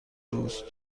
دوست